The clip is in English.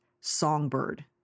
Songbird